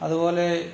അതുപോലെ